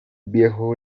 viejo